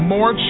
More